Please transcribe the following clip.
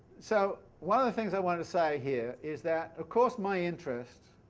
so one of the things i want to say here is that of course my interest